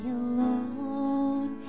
alone